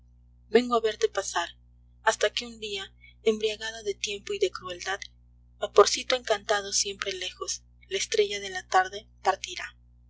vengo a verte pasar hasta que un día embriagada de tiempo y de crueldad vaporcito encantado siempre lejos partirá la estrella de la tarde